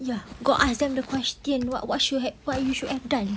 ya go ask them the question what what should had what you should have done